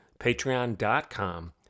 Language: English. patreon.com